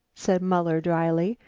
said muller dryly,